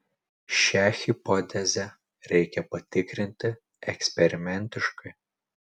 šią hipotezę reikia patikrinti eksperimentiškai